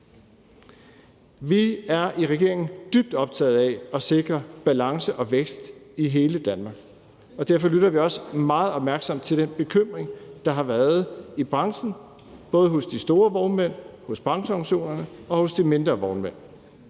Vi er i regeringen dybt optaget af at sikre balance og vækst i hele Danmark, og derfor lytter vi også meget opmærksomt til den bekymring, der har været i branchen, både hos de store vognmænd, hos brancheorganisationerne og hos de mindre vognmænd.